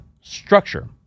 structure